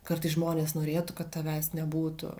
kartais žmonės norėtų kad tavęs nebūtų